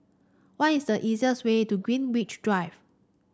what is the easiest way to Greenwich Drive